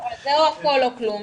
אם זה הכול או כלום,